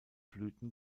blüten